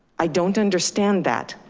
i don't understand that.